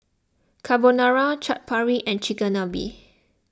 Carbonara Chaat Papri and Chigenabe